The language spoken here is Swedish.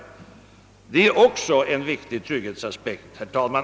Det är också en viktig trygghetsaspekt, herr talman!